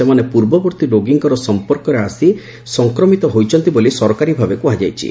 ସେମାନେ ପର୍ବବର୍ତ୍ତୀ ରୋଗୀଙ୍କର ସମ୍ମର୍କରେ ଆସି ସଂକମିତ ହୋଇଛନ୍ତି ବୋଲି ସରକାରୀ ଭାବେ କୁହାଯାଇଛି